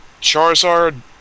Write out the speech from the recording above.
Charizard